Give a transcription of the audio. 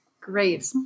Great